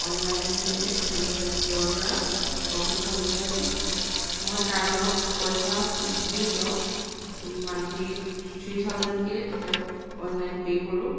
online আহি পিনে আমি তেওঁৰ পৰা প্ৰশিক্ষণ লৈ আছোঁ মই তাৰ বাবদ পইচা দিওঁ তেওঁক মান্থলি থ্ৰী থাউজেণ্ডকে তেওঁক অনলাইন পে' কৰোঁ